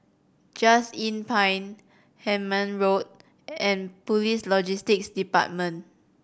Just Inn Pine Hemmant Road and Police Logistics Department